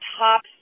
top